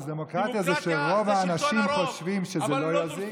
אבל דמוקרטיה זה שרוב האנשים חושבים שזה לא יזיק.